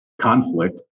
conflict